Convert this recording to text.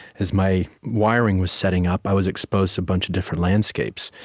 as my wiring was setting up, i was exposed to a bunch of different landscapes.